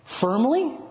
firmly